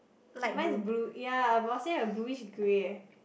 mine's blue ya about the same as blueish grey eh